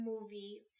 movie